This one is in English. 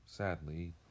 Sadly